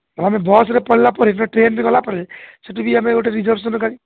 ଆମେ ବସ୍ରେ ପଳାଇଲା ପରେ ନା ଟ୍ରେନ୍ରେ ଗଲା ପରେ ସେଠି ବି ଆମେ ଗୋଟେ ରିଜର୍ଭବେସନ୍ ଦରକାର